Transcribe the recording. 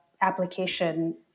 application